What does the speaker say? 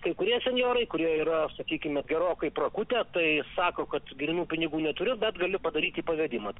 kai kurie senjorai kurie yra sakykime gerokai prakutę tai sako kad grynų pinigų neturiu bet galiu padaryti pavedimą